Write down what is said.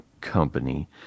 Company